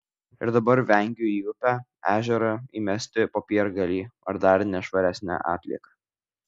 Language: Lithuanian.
ir dabar vengiu į upę ežerą įmesti popiergalį ar dar nešvaresnę atlieką